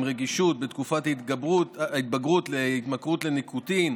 רגישות בתקופת ההתבגרות להתמכרות לניקוטין,